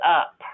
up